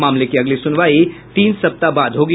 मामले की अगली सुनवाई तीन सप्ताह बाद होगी